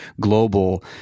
global